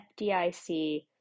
fdic